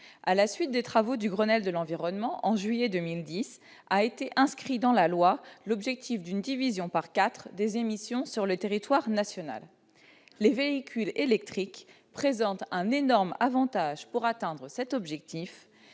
À la suite des travaux du Grenelle de l'environnement, en juillet 2010, a été inscrit dans la loi l'objectif d'une division par quatre des émissions sur le territoire national. Les véhicules électriques présentent un énorme avantage pour atteindre cet objectif